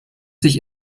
sich